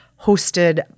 hosted